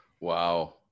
wow